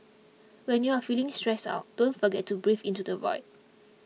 when you are feeling stressed out don't forget to breathe into the void